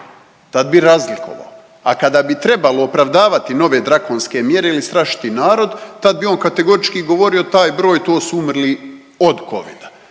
Tad bi razlikovao, a kada bi trebalo opravdavati nove drakonske mjere ili strašiti narod tad bi on kategorički govorio taj broj to su umrli od Covida.